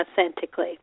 authentically